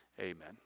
amen